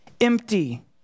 empty